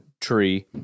tree